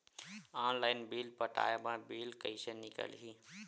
Online bill पटाय मा bill कइसे निकलही?